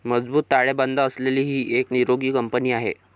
मजबूत ताळेबंद असलेली ही एक निरोगी कंपनी आहे